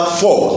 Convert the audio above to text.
four